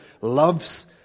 loves